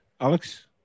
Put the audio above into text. Alex